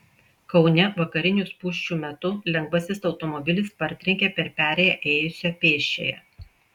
kaune vakarinių spūsčių metu lengvasis automobilis partrenkė per perėją ėjusią pėsčiąją